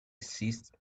ceased